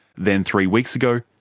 then three weeks ago,